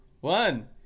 one